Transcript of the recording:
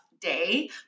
day